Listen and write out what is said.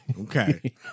Okay